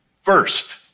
First